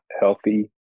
healthy